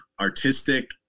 artistic